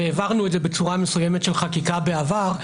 העברנו את זה בצורה מסוימת של חקיקה בעבר.